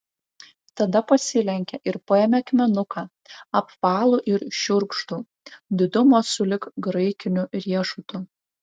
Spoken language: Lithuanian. tada pasilenkė ir paėmė akmenuką apvalų ir šiurkštų didumo sulig graikiniu riešutu